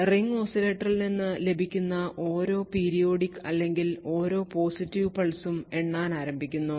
ring ഓസിലേറ്ററിൽ നിന്ന് ലഭിക്കുന്ന ഓരോ periodic അല്ലെങ്കിൽ ഓരോ പോസിറ്റീവ് പൾസും എണ്ണാൻ ആരംഭിക്കുന്നു